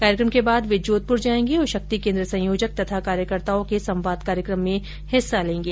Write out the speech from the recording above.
कार्यक्रम के बाद वे जोधपुर जाएंगे और शक्ति केन्द्र संयोजक तथा कार्यकर्ताओं के संवाद कार्यक्रम में हिस्सा लेंगे